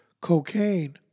cocaine